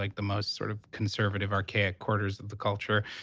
like the most sort of conservative, archaic quarters of the culture.